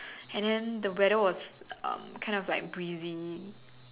and then the weather was kind of like breezy